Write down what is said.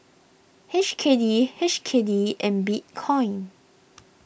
H K D H K D and Bitcoin